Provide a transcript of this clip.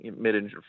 mid-engine